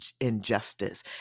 injustice